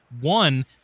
One